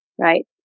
right